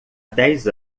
dez